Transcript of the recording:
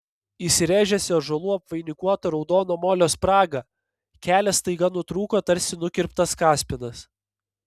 įsirėžęs į ąžuolų apvainikuotą raudono molio spragą kelias staiga nutrūko tarsi nukirptas kaspinas